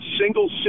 single